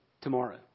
tomorrow